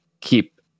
keep